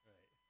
Right